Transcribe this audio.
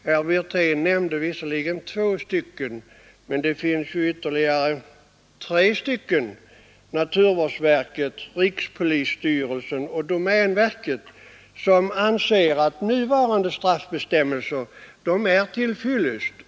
Herr Wirtén nämnde visserligen två, men det finns ytterligare tre — naturvårdsverket, rikspolisstyrelsen och domänverket vilka anser att nuvarande straffbestämmelser är till fyllest.